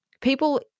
people